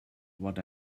what